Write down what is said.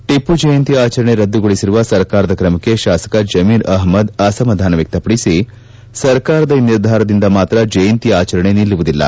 ಟಿಪ್ಪು ಜಯಂತಿ ಆಚರಣೆ ರದ್ದುಗೊಳಿಸಿರುವ ಸರ್ಕಾರದ ಕ್ರಮಕ್ಷೆ ಶಾಸಕ ಜಮೀರ್ ಅಹಮದ್ ಅಸಮಾಧಾನ ವ್ಯಕ್ತಪಡಿಸಿ ಸರ್ಕಾರದ ಈ ನಿರ್ಧಾರದಿಂದ ಮಾತ್ರ ಜಯಂತಿ ಆಚರಣೆ ನಿಲ್ಲುವುದಿಲ್ಲ